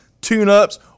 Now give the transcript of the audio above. tune-ups